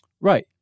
Right